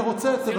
מה זה?